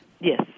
Yes